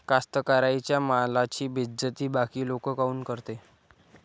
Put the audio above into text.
कास्तकाराइच्या मालाची बेइज्जती बाकी लोक काऊन करते?